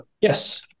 Yes